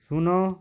ଶୂନ